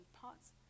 parts